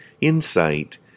insight